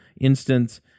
instance